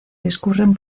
discurren